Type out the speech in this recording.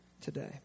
today